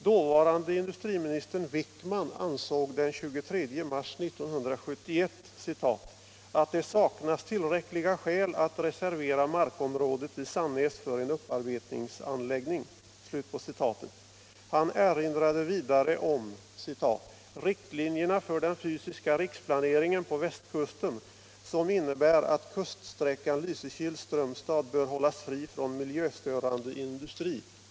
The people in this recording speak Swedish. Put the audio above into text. Dåvarande industriministern Wickman ansåg den 23 mars 1971 ”att det saknas tillräckliga skäl att reservera markområdet i Sannäs för en upparbetningsanläggning”. Han erinrade vidare om ”Triktlinjerna för den fysiska planeringen på Västkusten, som innebär att kuststräckan Lysekil-Strömstad bör hållas fri från miljöstörande industri”.